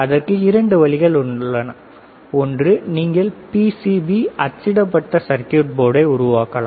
இதற்கு இரண்டு வழிகள் உள்ளன ஒன்று நீங்கள் பிசிபி அச்சிடப்பட்ட சர்க்யூட் போர்டை உருவாக்கலாம்